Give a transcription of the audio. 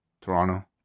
Toronto